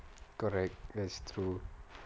correct that's true